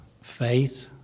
faith